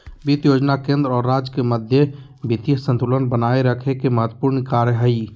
वित्त योजना केंद्र और राज्य के मध्य वित्तीय संतुलन बनाए रखे के महत्त्वपूर्ण कार्य हइ